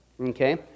Okay